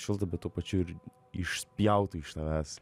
šilta bet tuo pačiu ir išspjautų iš tavęs